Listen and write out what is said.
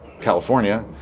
California